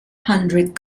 hundred